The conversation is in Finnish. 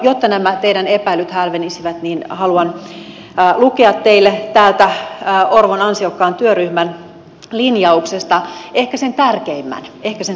jotta nämä teidän epäilynne hälvenisivät niin haluan lukea teille täältä orpon ansiokkaan työryhmän linjauksesta ehkä sen tärkeimmän ehkä sen tärkeimmän